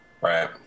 Right